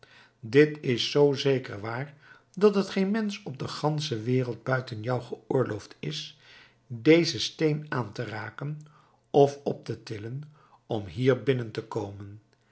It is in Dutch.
dit is zoo zeker waar dat het geen mensch op de gansche wereld buiten jou geoorloofd is dezen steen aan te raken of op te tillen om hier binnen te komen